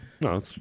No